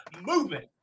movement